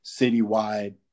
citywide